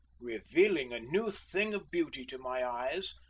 revealing a new thing of beauty to my eyes,